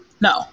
No